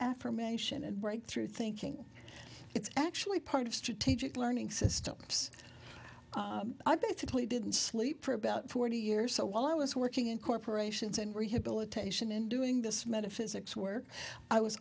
affirmation and breakthrough thinking it's actually part of strategic learning systems i basically didn't sleep for about forty years so while i was working in corporations and rehabilitation in doing this metaphysics where i was